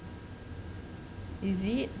is it